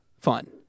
fun